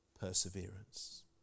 perseverance